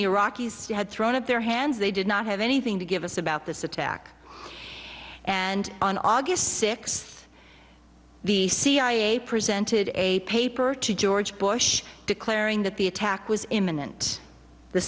the iraqis had thrown up their hands they did not have anything to give us about this attack and on august sixth the cia presented a paper to george bush declaring that the attack was imminent the